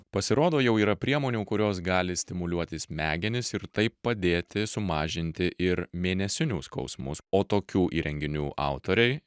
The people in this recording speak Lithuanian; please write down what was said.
pasirodo jau yra priemonių kurios gali stimuliuoti smegenis ir taip padėti sumažinti ir mėnesinių skausmus o tokių įrenginių autoriai